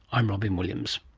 i'm robyn williams